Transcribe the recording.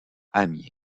amiens